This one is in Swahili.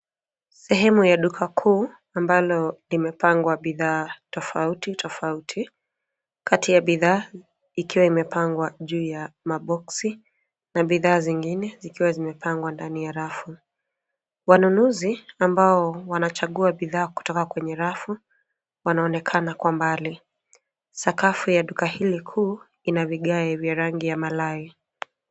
Sehemu ya duka kuu ambalo limepangwa bidhaa tofauti tofauti, kati ya bidhaa ikiwa imepangwa juu ya maboksi na bidhaa zingine zikiwa zimepangwa ndani ya rafu. Wanunuzi ambao wanachagua bidhaa kutoka kwenye rafu wanaonekana kwa mbali. Sakafu ya duka hili kuu ina vigae vya rangi ya malai.